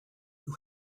who